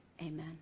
amen